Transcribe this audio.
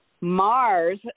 Mars